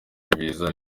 biza